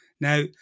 Now